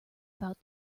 about